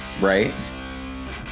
Right